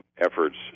efforts